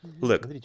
look